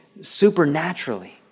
supernaturally